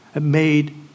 made